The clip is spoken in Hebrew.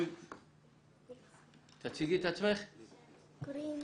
תאמרי